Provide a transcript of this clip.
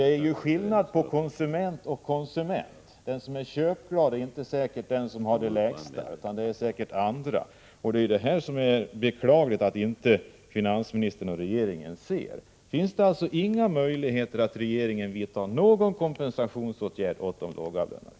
Det är ju skillnad på konsument och konsument. Den som är köpglad är säkert inte den som har den lägsta inkomsten. Det är beklagligt att finansministern och regeringen inte inser detta. Finns det ingen möjlighet att regeringen vidtar åtgärder för att kompensera de lågavlönade?